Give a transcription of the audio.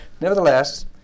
Nevertheless